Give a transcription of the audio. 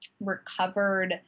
recovered